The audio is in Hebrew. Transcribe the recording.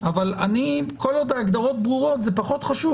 אבל כל עוד ההגדרות ברורות, זה פחות חשוב.